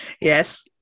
Yes